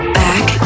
back